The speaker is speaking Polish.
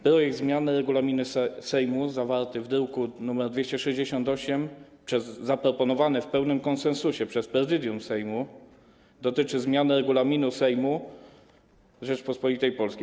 Projekt zmiany regulaminu Sejmu, zawarty w druku nr 286, zaproponowany w pełnym konsensusie przez Prezydium Sejmu, dotyczy zmiany Regulaminu Sejmu Rzeczypospolitej Polskiej.